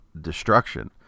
Destruction